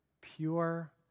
pure